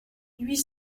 huit